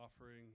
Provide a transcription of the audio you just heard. offering